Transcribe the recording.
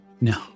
No